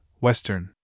Western